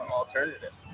alternative